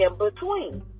in-between